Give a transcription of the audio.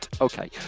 okay